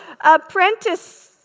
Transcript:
apprentice